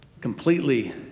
completely